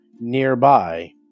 nearby